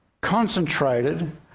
concentrated